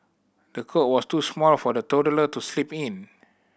the cot was too small for the toddler to sleep in